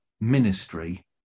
ministry